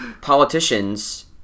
Politicians